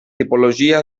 tipologia